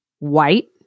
White